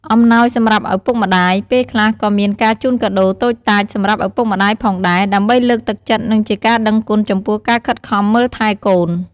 អំណោយសម្រាប់ឪពុកម្ដាយ: ពេលខ្លះក៏មានការជូនកាដូតូចតាចសម្រាប់ឪពុកម្តាយផងដែរ ដើម្បីលើកទឹកចិត្ត និងជាការដឹងគុណចំពោះការខិតខំមើលថែកូន។